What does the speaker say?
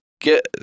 get